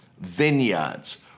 vineyards